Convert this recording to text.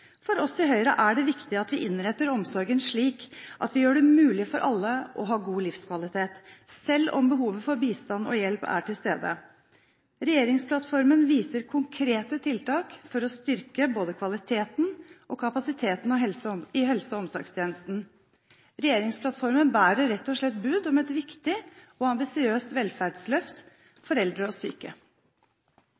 For oss i Høyre er det viktig at vi innretter omsorgen slik at vi gjør det mulig for alle å ha god livskvalitet, selv om behovet for bistand og hjelp er til stede. Regjeringsplattformen viser konkrete tiltak for å styrke både kvaliteten og kapasiteten i helse- og omsorgstjenesten. Regjeringsplattformen bærer rett og slett bud om et viktig og ambisiøst velferdsløft